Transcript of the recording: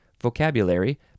vocabulary